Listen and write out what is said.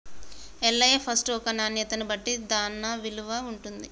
Ellaiah first ఒక నాణ్యతను బట్టి దాన్న విలువ ఉంటుంది